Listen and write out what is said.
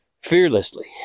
fearlessly